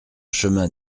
chemin